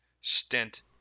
stint